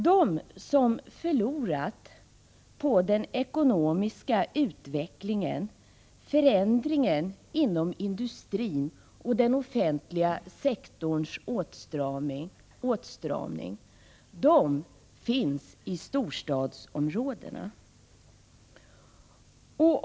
De som förlorat på den ekonomiska utvecklingen, förändringen inom industrin och den offentliga sektorns åtstramning finns i storstadsområdena.